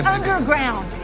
underground